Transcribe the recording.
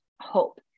hope